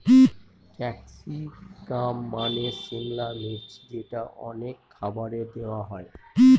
capsicum মানে সিমলা মির্চ যেটা অনেক খাবারে দেওয়া হয়